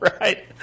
right